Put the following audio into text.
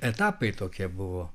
etapai tokie buvo